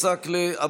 ג'אבר עסאקלה,